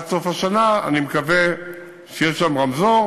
אני מקווה שעד סוף השנה יהיה שם רמזור.